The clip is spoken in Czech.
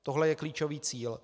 Tohle je klíčový cíl.